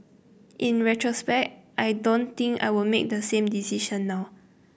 in retrospect I don't think I would make the same decision now